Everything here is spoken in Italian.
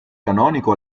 canonico